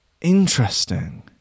interesting